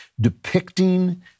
depicting